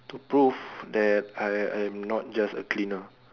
to prove that I I'm not just a cleaner